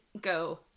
go